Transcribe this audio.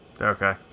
Okay